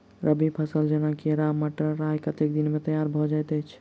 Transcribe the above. रबी फसल जेना केराव, मटर, राय कतेक दिन मे तैयार भँ जाइत अछि?